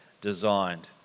designed